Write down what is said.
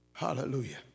Hallelujah